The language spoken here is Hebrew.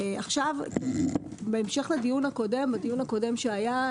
בהמשך לדיון הקודם שהיה,